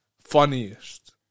funniest